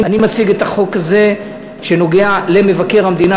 אני מציג את החוק הזה שנוגע למבקר המדינה,